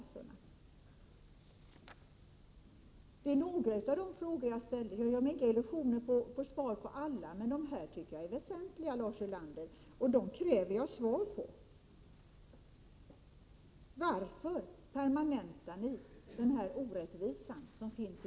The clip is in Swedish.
1987/88:136 Det här är några av de frågor som jag ställde. Jag har inte stora illusioner — 8 juni 1988 om att få svar på alla. Men jag tycker det är väsentliga frågor, Lars Ulander, och dem kräver jag svar på. Varför permanentar ni den orättvisa som finns i